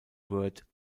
word